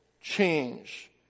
change